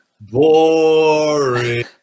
Boring